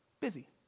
busy